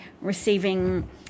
receiving